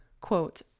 Quote